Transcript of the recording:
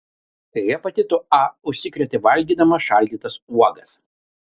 hepatitu a užsikrėtė valgydama šaldytas uogas